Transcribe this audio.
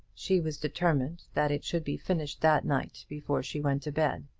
she was determined that it should be finished that night before she went to bed.